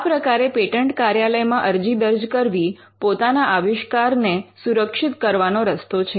આ પ્રકારે પેટન્ટ કાર્યાલય માં અરજી દર્જ કરવી પોતાના આવિષ્કારમને સુરક્ષિત કરવાનો રસ્તો છે